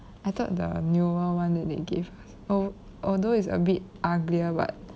I thought the newer one that they gave oh although it's a bit uglier but